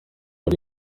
ari